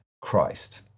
Christ